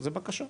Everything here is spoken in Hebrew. זו בקשה.